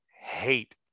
hate